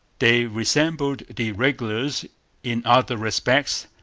they resembled the regulars in other respects,